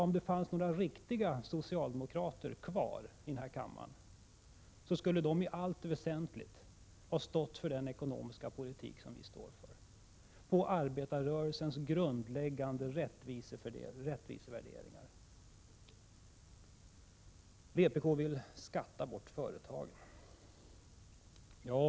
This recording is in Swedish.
Om det fanns några riktiga socialdemokrater kvar i den här kammaren skulle de i allt väsentligt ha stått för den ekonomiska politik som vi står för, grundad på arbetarrörelsens rättvisevärderingar. Vpk vill skatta bort företagen, sägs det.